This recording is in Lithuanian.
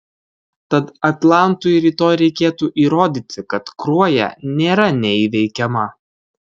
tad atlantui rytoj reikėtų įrodyti kad kruoja nėra neįveikiama